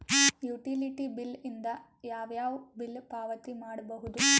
Utility bill ದಿಂದ ಯಾವ ಯಾವ ಬಿಲ್ ಪಾವತಿ ಮಾಡಬಹುದು?